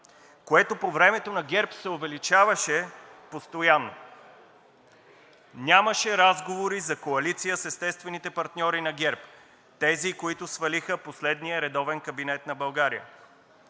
което по времето на ГЕРБ се увеличаваше постоянно. Нямаше разговори за коалиция с естествените партньори на ГЕРБ – тези, които свалиха последния редовен кабинет на България.